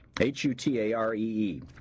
H-U-T-A-R-E-E